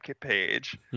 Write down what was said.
page